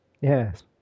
Yes